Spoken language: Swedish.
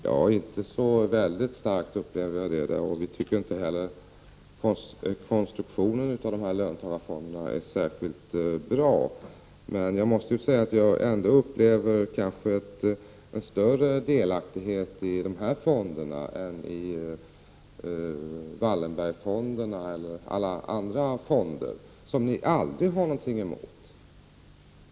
Fru talman! Jag upplever inte det så väldigt starkt. Vi tycker inte heller att konstruktionen av dessa löntagarfonder är särskilt bra. Jag måste säga att jag ändå upplever en större delaktighet i dessa fonder än i Wallenbergsfonderna eller alla andra fonder som ni aldrig har någonting emot.